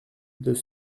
deux